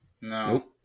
No